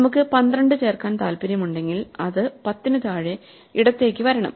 നമുക്ക് 12 ചേർക്കാൻ താൽപ്പര്യമുണ്ടെങ്കിൽ അത് 10 ന് താഴെ ഇടത്തേക്ക് വരണം